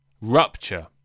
Rupture